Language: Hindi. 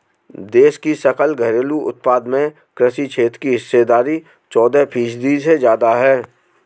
देश की सकल घरेलू उत्पाद में कृषि क्षेत्र की हिस्सेदारी चौदह फीसदी से ज्यादा है